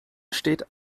steht